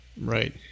Right